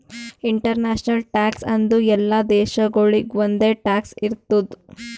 international tax ಅಂದುರ್ ಎಲ್ಲಾ ದೇಶಾಗೊಳಿಗ್ ಒಂದೆ ಟ್ಯಾಕ್ಸ್ ಇರ್ತುದ್